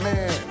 Man